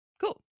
cool